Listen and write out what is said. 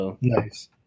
Nice